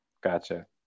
gotcha